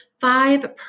five